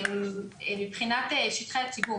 מבחינת שטחי הציבור.